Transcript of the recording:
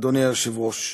אדוני היושב-ראש,